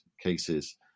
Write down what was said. cases